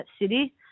City